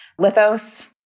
lithos